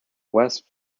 west